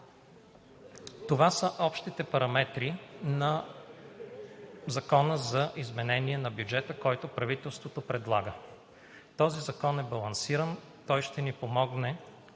Това са общите параметри на Закона за изменение на бюджета, който правителството предлага. Този закон е балансиран, той ще помогне